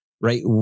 right